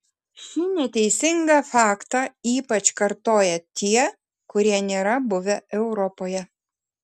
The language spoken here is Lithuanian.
šį neteisingą faktą ypač kartoja tie kurie nėra buvę europoje